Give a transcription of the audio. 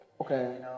okay